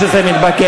כפי שזה נתבקש.